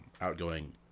outgoing